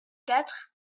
quatre